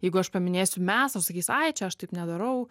jeigu aš paminėsiu mes tai sakys ai čia aš taip nedarau